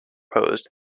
proposed